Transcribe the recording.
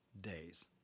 days